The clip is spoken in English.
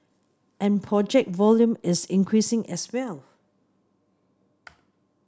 and project volume is increasing as well